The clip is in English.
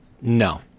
no